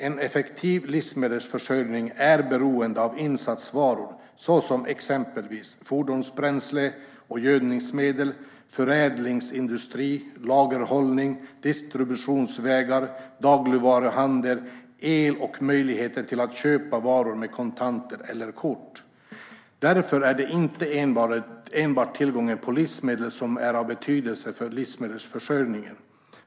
En effektiv livsmedelsförsörjning är beroende av sådana insatsvaror som fordonsbränsle och gödningsmedel och av förädlingsindustri, lagerhållning, distributionsvägar, dagligvaruhandel, el och möjlighet att köpa varor med kontanter eller kort. Därför är inte enbart tillgången på livsmedel av betydelse för livsmedelsförsörjningen.